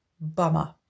Bummer